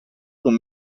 con